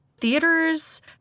theaters